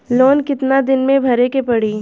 Loan कितना दिन मे भरे के पड़ी?